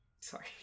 sorry